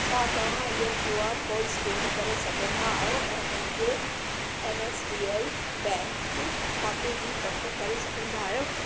छा तव्हां इहो क्यू आर कोड स्कैन करे सघंदा आहियो ऐं मुंहिंजे N S D L bank खाते जी पक करे सघंदा आहियो